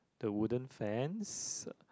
the wooden fence